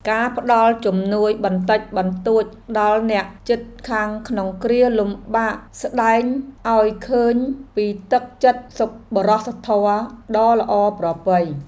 ការផ្ដល់ជំនួយបន្តិចបន្តួចដល់អ្នកជិតខាងក្នុងគ្រាលំបាកស្តែងឱ្យឃើញពីទឹកចិត្តសប្បុរសធម៌ដ៏ល្អប្រពៃ។